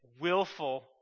willful